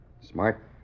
Smart